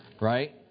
right